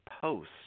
posts